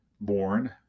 born